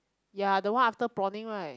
ya the one after prawning right